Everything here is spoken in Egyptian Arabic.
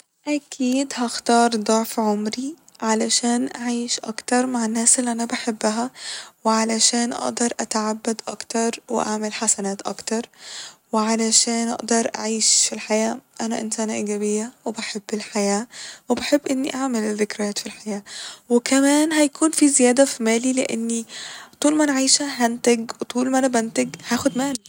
أكيد هختار ضعف عمري علشان أعيش أكتر مع الناس اللي انا بحبها ، وعلشان اقدر أتعبد أكتر واعمل حسنات أكتر وعلشان اقدر أعيش في الحياة ، انا انسانة ايجابية وبحب الحياة وبحب اني اعمل الذكريات ف الحياة وكمان هيكون في زيادة ف مالي لإني طول ما انا عايشة هنتج وطول ما انا بنتج هاخد مال